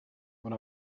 when